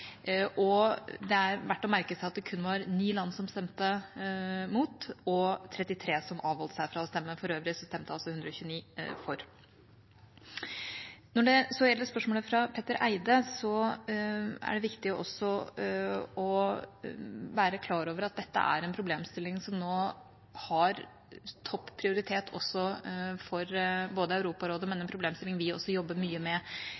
og det er verdt å merke seg at det kun var ni land som stemte imot. Det var 33 land som avholdt seg fra å stemme. For øvrig stemte altså 129 for. Når det så gjelder spørsmålet fra Petter Eide, er det viktig også å være klar over at dette er en problemstilling som nå har topp prioritet også for Europarådet, men det er en problemstilling vi også jobber mye med.